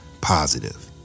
positive